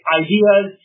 ideas